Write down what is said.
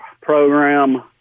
program